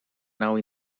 nau